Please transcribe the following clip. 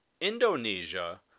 Indonesia